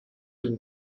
une